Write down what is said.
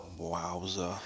Wowza